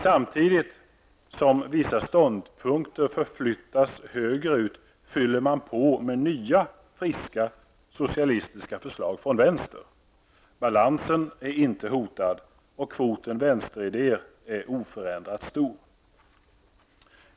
Samtidigt som vissa ståndpunkter förflyttas höger ut fyller man på med nya friska socialistiska förslag från vänster. Balansen är inte hotad, och kvoten vänsteridéer är oförändrat stor.